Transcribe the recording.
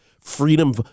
Freedom